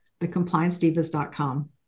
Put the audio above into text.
thecompliancedivas.com